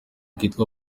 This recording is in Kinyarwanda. kitwa